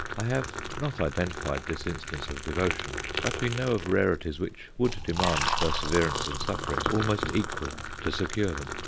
i have not identified this instance of devotion, but we know of rarities which would demand perseverance and sufferings almost equal to secure them.